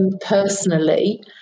personally